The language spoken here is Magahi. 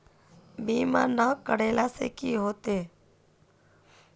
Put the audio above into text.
बीमा ना करेला से की होते?